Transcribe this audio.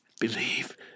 believe